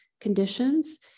conditions